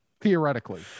theoretically